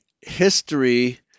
history